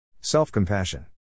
Self-compassion